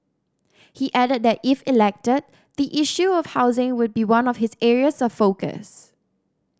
he added that if elected the issue of housing would be one of his areas of focus